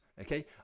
okay